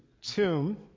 tomb